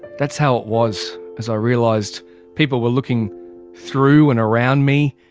that's how it was as i realised people were looking through and around me,